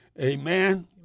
Amen